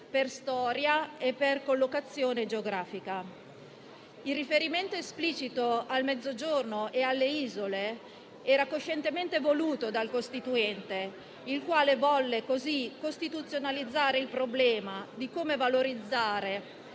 per storia e per collocazione geografica. Il riferimento esplicito al Mezzogiorno e alle Isole era coscientemente voluto dal Costituente, il quale volle così costituzionalizzare il problema di come valorizzare